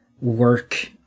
work